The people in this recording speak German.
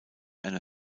eine